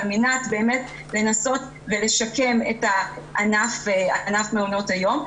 על מנת לנסות ולשקם את ענף מעונות היום.